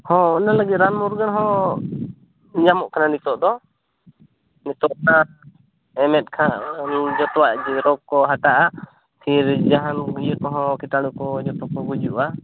ᱦᱚᱸ ᱚᱱᱟ ᱞᱟᱹᱜᱤᱫ ᱨᱟᱱ ᱢᱩᱨᱜᱟᱹᱱ ᱦᱚᱸ ᱧᱟᱢᱚᱜ ᱠᱟᱱᱟ ᱱᱤᱛᱚᱜ ᱫᱚ ᱱᱤᱛᱚᱜ ᱦᱟᱸᱜ ᱮᱢ ᱮᱫ ᱠᱷᱟᱱ ᱡᱚᱛᱚᱭᱟᱜ ᱨᱳᱜ ᱠᱚ ᱦᱟᱴᱟᱜᱼᱟ ᱛᱷᱤᱨ ᱡᱟᱦᱟᱱ ᱤᱭᱟᱹ ᱠᱚᱦᱚᱸ ᱠᱤᱴᱟᱲᱩ ᱠᱚᱦᱚᱸ ᱡᱚᱛᱚ ᱠᱚ ᱜᱩᱡᱩᱜᱼᱟ